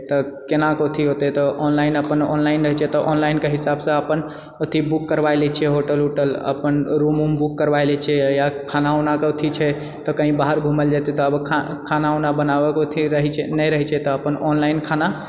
तऽ केना कऽ अथी हेतै तऽ ऑनलाइन अपन ऑनलाइन रहै छै तऽ ऑनलाइनके हिसाबसँ अपन अथी बुक करबाए लए छिऐ होटल उटल अपन रूम उम बुक करबाए लए छिऐ या खाना उनाके अथी छै तऽ कही बाहर घुमै लऽ जाइ छिऐ तऽ खाना उना बनाबऽ कऽ अथी रहै छै नहि रहै छै तऽ अपन ऑनलाइन खाना